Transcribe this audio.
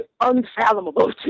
unfathomable